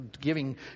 giving